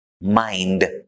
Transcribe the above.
mind